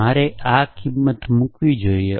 મારે આ કિમત મૂકવી જોઈએ